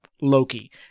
Loki